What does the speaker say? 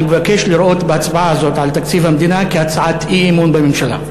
אני מבקש לראות בהצבעה הזאת על תקציב המדינה הצעת אי-אמון בממשלה.